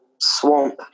swamp